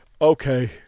Okay